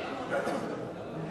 אין